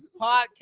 podcast